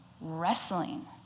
wrestling